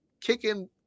kicking